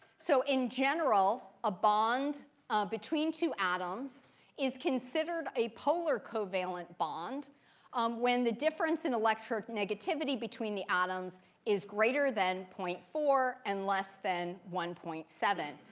so in general, a bond between two atoms is considered a polar covalent bond um when the difference in electric negativity between the atoms is greater than zero point four and less than one point seven,